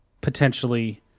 potentially